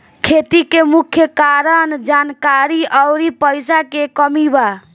खेती के मुख्य कारन जानकारी अउरी पईसा के कमी बा